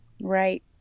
Right